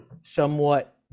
somewhat